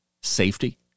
safety